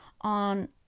on